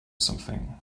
something